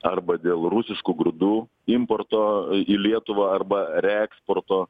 arba dėl rusiškų grūdų importo į lietuvą arba reeksporto